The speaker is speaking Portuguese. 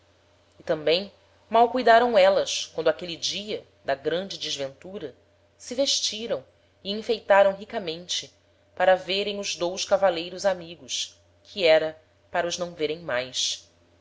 e tambem mal cuidaram élas quando aquele dia da grande desventura se vestiram e enfeitaram ricamente para verem os dous cavaleiros amigos que era para os não verem mais